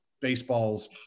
baseball's